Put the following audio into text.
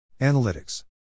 Analytics